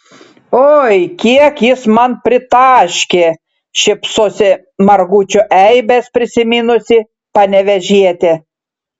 oi kiek jis man pritaškė šypsosi margučio eibes prisiminusi panevėžietė